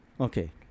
Okay